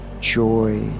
Joy